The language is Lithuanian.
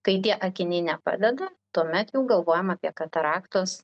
kai tie akiniai nepadeda tuomet jau galvojam apie kataraktos